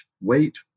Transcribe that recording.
wait